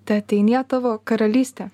teateinie tavo karalystė